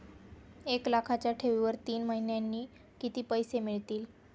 एक लाखाच्या ठेवीवर तीन महिन्यांनी किती पैसे मिळतील?